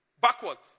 backwards